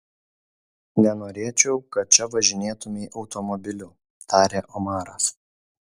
nenorėčiau kad čia važinėtumei automobiliu tarė omaras